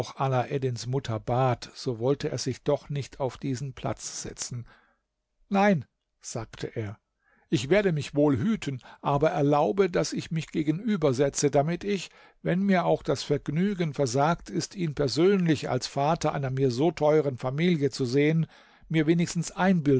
mutter bat so wollte er sich doch nicht auf diesen platz setzen nein sagte er ich werde mich wohl hüten aber erlaube daß ich mich gegenüber setze damit ich wenn mir auch das vergnügen versagt ist ihn persönlich als vater einer mir so teuren familie zu sehen mir wenigstens